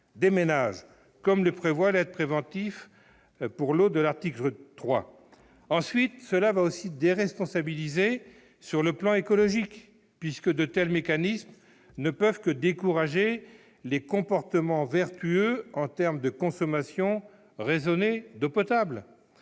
des ménages, comme le prévoit l'aide préventive pour l'eau à l'article 3. Ensuite, cela va aussi déresponsabiliser nos concitoyens sur le plan écologique, puisque de tels mécanismes ne peuvent que décourager les comportements vertueux en termes de consommation raisonnée d'eau potable.